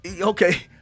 okay